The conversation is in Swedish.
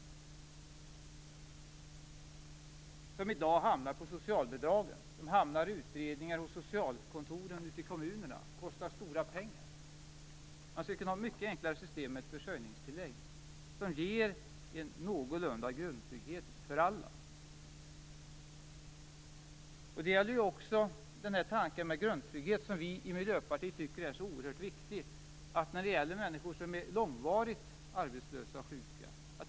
I dag blir de beroende av socialbidrag och hamnar i utredningar hos socialkontoren ute i kommunerna och kostar stora pengar. Vi skulle kunna ha ett mycket enklare system med ett försörjningstillägg som ger en någorlunda grundtrygghet för alla. Tanken med grundtrygghet, som vi i Miljöpartiet tycker är så oerhört viktig, gäller ju även människor som är långvarigt arbetslösa eller sjuka.